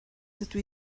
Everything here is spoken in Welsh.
dydw